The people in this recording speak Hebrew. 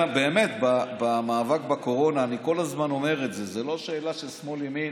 באמת במאבק בקורונה אני כל הזמן אומר את זה: זה לא שאלה של שמאל ימין,